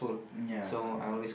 ya correct